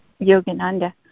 Yogananda